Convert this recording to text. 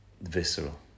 visceral